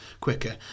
quicker